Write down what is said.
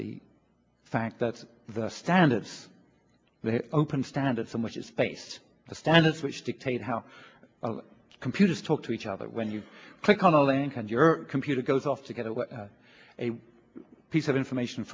the fact that the standards open standards so much is space the standards which dictate how computers talk to each other when you click on a link and your computer goes off to get away a piece of information